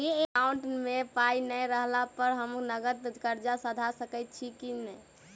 हमरा एकाउंट मे पाई नै रहला पर हम नगद कर्जा सधा सकैत छी नै?